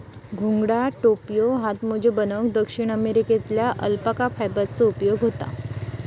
घोंगडा, टोप्यो, हातमोजे बनवूक दक्षिण अमेरिकेतल्या अल्पाका फायबरचो उपयोग होता